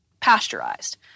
pasteurized